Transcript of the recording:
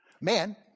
man